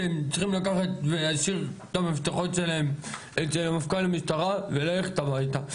שהם צריכים לקחת ולהשאיר את המפתחות שלהם אצל מפכ"ל המשטרה וללכת הביתה,